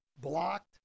blocked